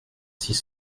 six